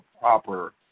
proper